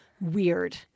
weird